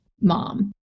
mom